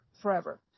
forever